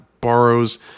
borrows